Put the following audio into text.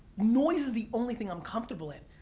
noise is the only thing i'm comfortable in.